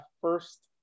first